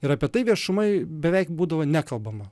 ir apie tai viešumoj beveik būdavo nekalbama